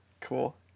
Cool